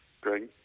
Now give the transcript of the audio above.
Greg